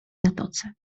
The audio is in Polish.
zatoce